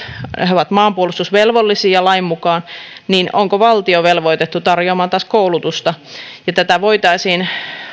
ja he ovat maanpuolustusvelvollisia lain mukaan olisi sen pohtiminen onko valtio velvoitettu tarjoamaan koulutusta voitaisiin